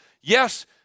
yes